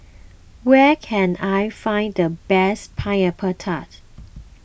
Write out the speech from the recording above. where can I find the best Pineapple Tart